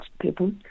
people